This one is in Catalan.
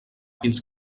fins